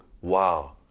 Wow